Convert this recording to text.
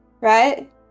right